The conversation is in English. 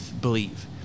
believe